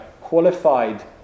qualified